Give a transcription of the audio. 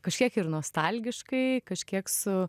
kažkiek ir nostalgiškai kažkiek su